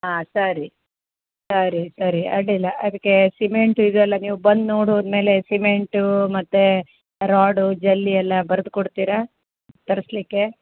ಹಾಂ ಸರಿ ಸರಿ ಸರಿ ಅಡ್ಡಿಲ್ಲ ಅದಕ್ಕೆ ಸಿಮೆಂಟು ಇದೆಲ್ಲ ನೀವು ಬಂದು ನೋಡಿ ಹೋದಮೇಲೆ ಸಿಮೆಂಟು ಮತ್ತು ರಾಡು ಜಲ್ಲಿ ಎಲ್ಲ ಬರ್ದು ಕೊಡ್ತೀರಾ ತರಿಸ್ಲಿಕ್ಕೆ